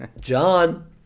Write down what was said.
John